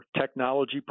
technology